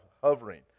hovering